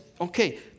okay